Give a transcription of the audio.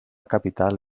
capital